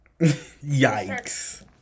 yikes